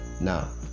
Now